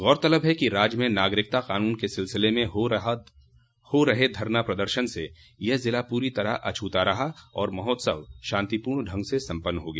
गौरतलब है कि राज्य में नागरिकता कानून के सिलसिले में हो रहे धरना पदर्शन से यह जिला पूरी तरह अछूता रहा और महोत्सव शान्ति पूर्ण ढंग से सम्पन्न हो गया